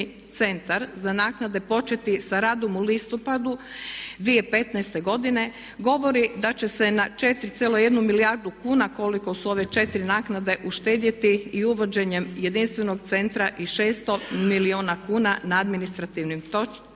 Centar za naknade početi sa radom u listopadu 2015. godine, govori da će se na 4,1 milijardu kuna koliko su ove 4 naknade uštedjeti i uvođenjem jedinstvenog centra i 600 milijuna kuna na administrativnim troškovima